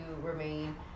remain